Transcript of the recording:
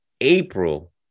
april